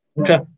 Okay